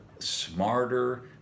Smarter